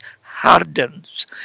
hardens